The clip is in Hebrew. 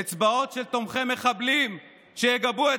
אצבעות של תומכי מחבלים שיגבו.